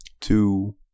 two